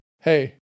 hey